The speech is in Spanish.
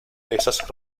esas